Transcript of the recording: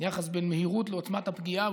היחס בין מהירות לעוצמת הפגיעה,